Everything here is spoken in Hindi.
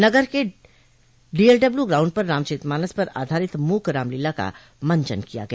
नगर के डीएलडब्लू ग्राउण्ड पर रामचरित मानस पर आधारित मूक रामलीला का मंचन किया गया